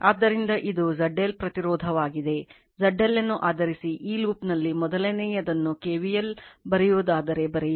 ಆದ್ದರಿಂದ ಇದು ZL ಪ್ರತಿರೋಧವಾಗಿದೆ ZL ಅನ್ನು ಆಧರಿಸಿ ಈ ಲೂಪ್ನಲ್ಲಿ ಮೊದಲನೆಯದನ್ನು KVL ಬರೆಯುವುದಾದರೆ ಬರೆಯಿರಿ